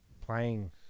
playing